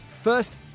First